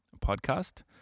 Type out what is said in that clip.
podcast